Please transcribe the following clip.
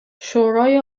شورای